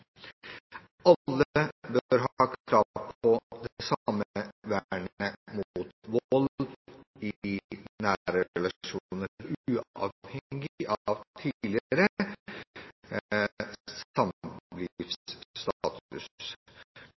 Alle bør ha krav på det samme vernet mot vold i nære relasjoner uavhengig av tidligere